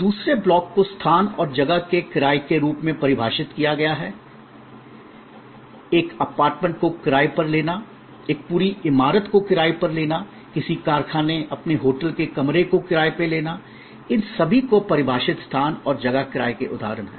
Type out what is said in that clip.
दूसरे ब्लॉक को स्थान और जगह के किराये के रूप में परिभाषित किया गया है एक अपार्टमेंट को किराए पर लेना एक पूरी इमारत को किराए पर लेना किसी कारखाने अपने होटल के कमरे को किराए पर लेना इन सभी को परिभाषित स्थान और जगह किराये के उदाहरण हैं